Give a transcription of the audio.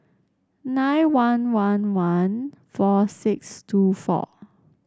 nine one one one four six two four